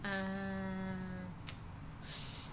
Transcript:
ah